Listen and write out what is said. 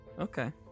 Okay